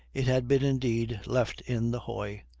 it had been, indeed, left in the hoy,